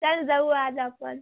चल जाऊ आज आपण